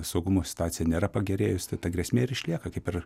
saugumo situacija nėra pagerėjus tai ta grėsmė ir išlieka kaip ir